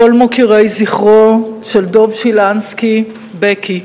כל מוקירי זכרו של דב שילנסקי, בקי,